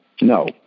No